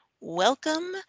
Welcome